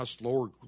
lower